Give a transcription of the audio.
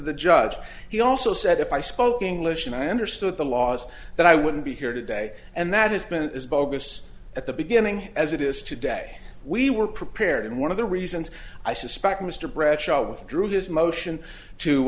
the judge he also said if i spoke english and i understood the laws that i wouldn't be here today and that has been as bogus at the beginning as it is today we were prepared and one of the reasons i suspect mr bradshaw withdrew his motion to